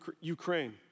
Ukraine